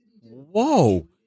Whoa